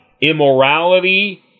Immorality